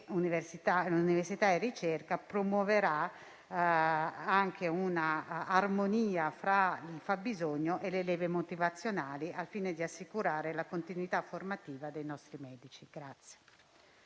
dell'università e della ricerca promuoverà anche un'armonia fra il fabbisogno e le leve motivazionali al fine di assicurare la continuità formativa dei nostri medici.